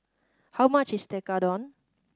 how much is Tekkadon